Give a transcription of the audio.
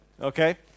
Okay